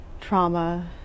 trauma